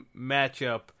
matchup